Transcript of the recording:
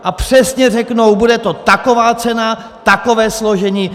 A přesně řeknou, bude to taková cena, takové složení!